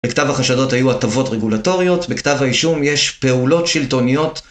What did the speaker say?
בכתב החשדות היו הטבות רגולטוריות, בכתב האישום יש פעולות שלטוניות.